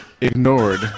ignored